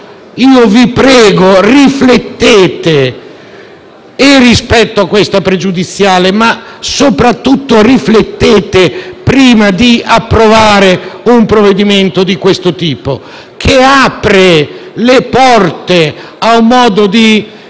io vi prego, riflettete rispetto a questa pregiudiziale, ma soprattutto riflettete prima di approvare un provvedimento di questo tipo, che apre le porte a un modo di